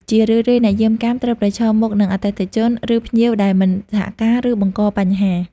ជារឿយៗ អ្នកយាមកាមត្រូវប្រឈមមុខនឹង អតិថិជន ឬភ្ញៀវដែលមិនសហការ ឬបង្កបញ្ហា។